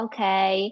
Okay